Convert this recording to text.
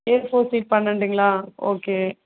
ஏ four sheet பன்னெண்டுங்களா okay